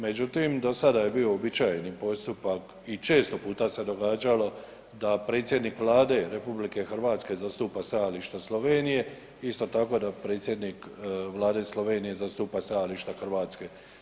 Međutim, do sada je bio uobičajeni postupak i često puta se događalo da predsjednik Vlade RH zastupa stajališta Slovenije, isto tako da predsjednik Vlade Slovenije zastupa stajališta Hrvatske.